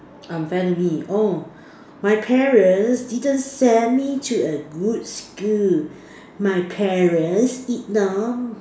unfair to me oh my parents didn't send me to a good school my parents did not